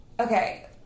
Okay